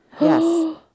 Yes